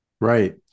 Right